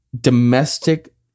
domestic